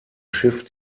schiff